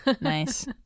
Nice